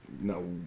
No